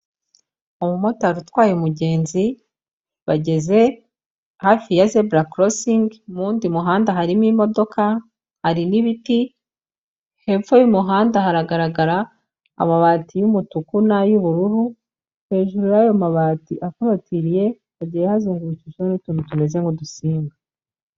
Umumotari utwaye umugenzi bageze hafi ya zebura korosingi, mu w'undi muhanda harimo imodoka, hari n'ibiti, hepfo y'umuhanda haragaragara amabati y'umutuku n'ay'ubururu, hejuru yayo mabati akorotiriye hagiye hazengukijwe n'utuntu tumeze nk'udusinga.